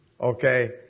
okay